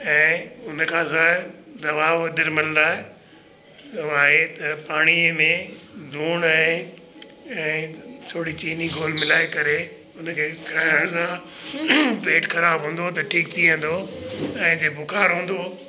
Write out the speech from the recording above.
ऐं उन खां सवाइ दवा ओ दिरमन लाइ हवाए त पाणीअ में लूण ऐं ऐं थोरी चीनी घोल मिलाए करे उन खे खाइण सां पेट ख़राबु हूंदो त ठीकु थी वेंदो ऐं जे बुखार हूंदो